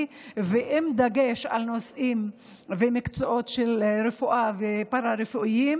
ועם דגש על נושאים ומקצועות של רפואה ופארה-רפואיים.